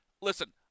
listen